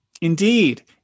Indeed